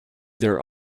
their